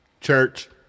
Church